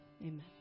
Amen